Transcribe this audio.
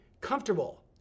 comfortable